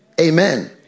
Amen